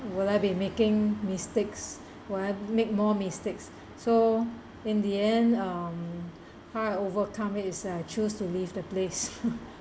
will I be making mistakes will I make more mistakes so in the end um how I overcome it is uh choose to leave the place